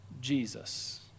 Jesus